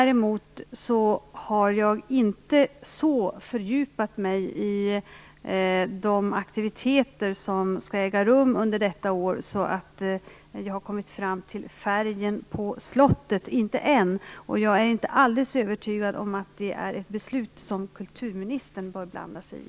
Jag har inte så fördjupat mig i de aktiviteter som skall äga rum under detta år så att jag har kommit fram till färgen på Slottet, inte än, och jag är inte alldeles övertygad om att det är ett beslut som kulturministern bör blanda sig i.